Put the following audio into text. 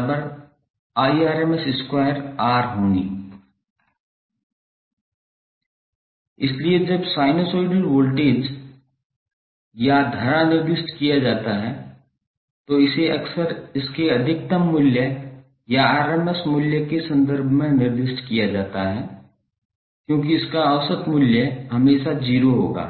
होगी इसलिए जब साइनसॉइडल वोल्टेज या धारा निर्दिष्ट किया जाता है तो इसे अक्सर इसके अधिकतम मूल्य या rms मूल्य के संदर्भ में निर्दिष्ट किया जाता है क्योंकि इसका औसत मूल्य हमेशा 0 होगा